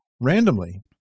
randomly